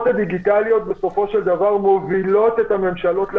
הדיגיטליות בסופו של דבר מובילות את הממשלות להצלחות.